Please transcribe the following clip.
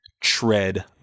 tread